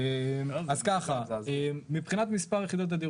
אז ככה: מבחינת מספר יחידות הדיור